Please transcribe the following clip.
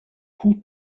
who